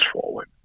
forward